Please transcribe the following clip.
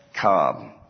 Cobb